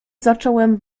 zacząłem